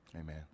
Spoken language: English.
Amen